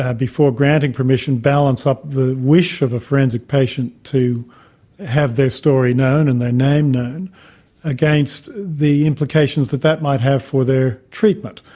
before granting permission, balance up the wish of a forensic patient to have their story known and their name known against the implications that that might have for their treatment.